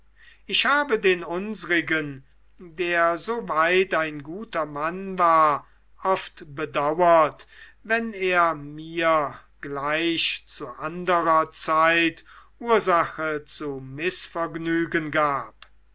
ich habe den unsrigen der soweit ein guter mann war oft bedauert wenn er mir gleich anderer zeit ursache zu mißvergnügen gab